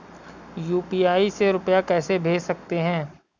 UPI से रुपया कैसे भेज सकते हैं?